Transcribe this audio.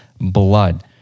blood